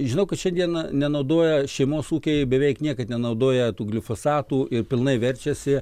žinau kad šiandien nenaudoja šeimos ūkiai beveik niekad nenaudoja tų glifosatų ir pilnai verčiasi